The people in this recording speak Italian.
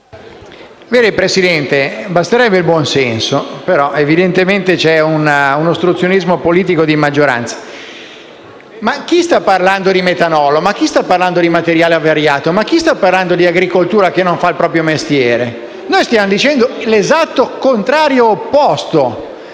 Signor Presidente, basterebbe il buon senso ma evidentemente c'è un ostruzionismo politico di maggioranza. Chi sta parlando di metanolo? Chi sta parlando di materiale avariato? Chi sta parlando di agricoltura che non sta facendo il proprio mestiere? Stiamo dicendo l'esatto contrario, cioè